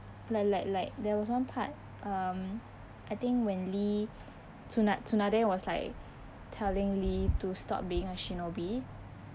like like like there was one part um I think when lee tsuna~ tsunade was like telling lee to stop being a shinobi